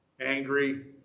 Angry